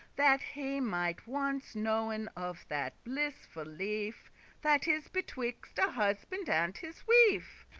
that he mighte once knowen of that blissful life that is betwixt a husband and his wife,